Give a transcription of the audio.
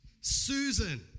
Susan